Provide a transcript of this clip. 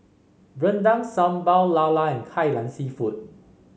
rendang Sambal Lala and Kai Lan seafood